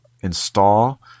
install